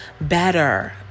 better